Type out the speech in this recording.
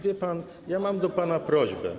Wie pan, ja mam do pana prośbę.